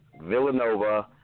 Villanova